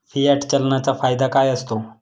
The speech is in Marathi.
फियाट चलनाचा फायदा काय असतो?